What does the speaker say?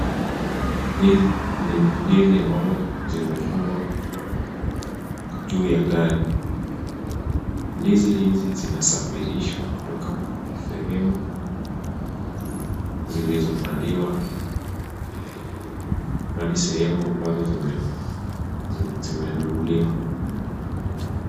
Hizi ni ndizi ambazo zimefungwa juu ya gari. Ndizi hizi zinasafirishwa kutoka sehemu zilizopandwa hadi sehemu ambazo zimenunuliwa.